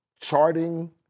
charting